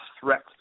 threat